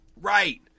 Right